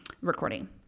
recording